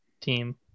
team